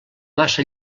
massa